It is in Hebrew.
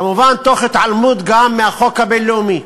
כמובן, תוך התעלמות גם מהחוק הבין-לאומי.